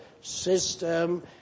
system